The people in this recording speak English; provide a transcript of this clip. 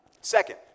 Second